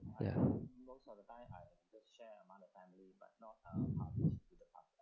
ya